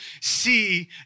see